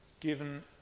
given